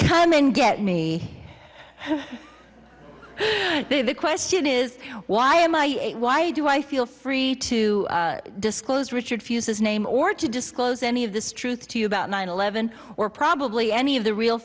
come and get me the question is why am i why do i feel free to disclose richard fuzes name or to disclose any of this truth to you about nine eleven or probably any of the real